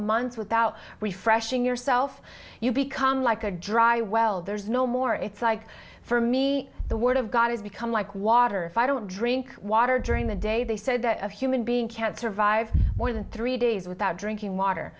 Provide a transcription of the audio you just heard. months without refreshing yourself you become like a dry well there's no more it's like for me the word of god has become like water if i don't drink water during the day they said that a human being can survive more than three days without drinking water